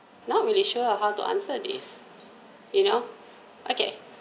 not really sure how to answer this you know okay